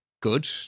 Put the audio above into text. good